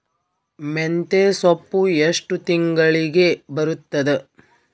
ಮೆಂತ್ಯ ಸೊಪ್ಪು ಎಷ್ಟು ತಿಂಗಳಿಗೆ ಬರುತ್ತದ?